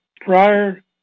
prior